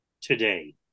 today